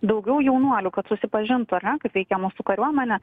daugiau jaunuolių kad susipažintų ar ne kaip veikia mūsų kariuomenė